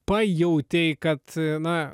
pajautei kad na